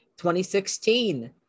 2016